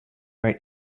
write